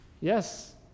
yes